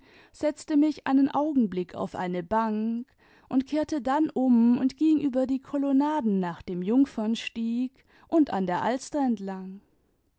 setzte mich einen augenblick auf eine bank und kehrte dann um und ging über die kolonnaden nach dem jungfemstieg und an der alster entlang